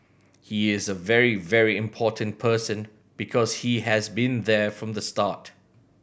he is a very very important person because he has been there from the start